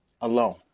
alone